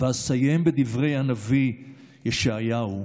ואסיים בדברי הנביא ישעיהו,